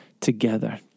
together